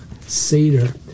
Seder